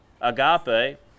agape